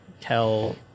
tell